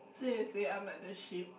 so you are saying I'm like the ship